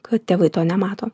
kad tėvai to nemato